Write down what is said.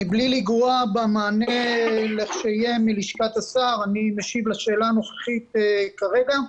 מבלי לנגוע במענה לכשיהיה מלשכת השר אני משיב לשאלה הנוכחית כרגע.